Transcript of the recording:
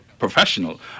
professional